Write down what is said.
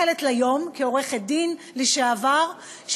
כעורכת-דין לשעבר,